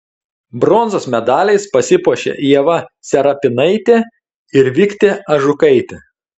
bronzos medaliais pasipuošė ieva serapinaitė ir viktė ažukaitė